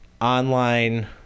online